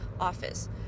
office